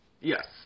yes